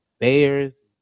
Bears